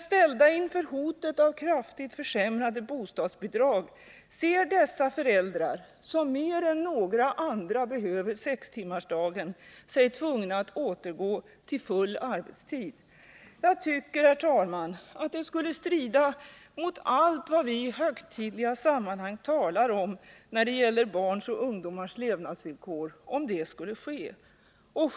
Ställda inför hotet av kraftigt försämrade bostadsbidrag ser sig dessa föräldrar, som mer än några andra behöver sextimmarsdagen, tvungna att återgå till full arbetstid. Jag tycker, herr talman, att det skulle strida mot allt vad vi i högtidliga sammanhang talar om när det gäller barns och ungdomars levnadsvillkor om detta skulle behöva ske.